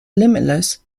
limitless